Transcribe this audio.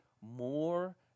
more